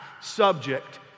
subject